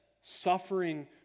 suffering